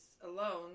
alone